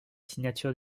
signature